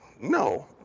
No